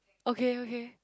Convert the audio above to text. okay okay